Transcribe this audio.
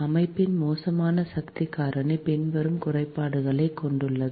அமைப்பின் மோசமான சக்தி காரணி பின்வரும் குறைபாடுகளைக் கொண்டுள்ளது